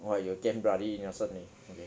!wah! you damn bloody innocent leh okay